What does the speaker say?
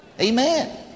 Amen